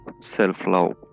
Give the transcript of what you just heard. self-love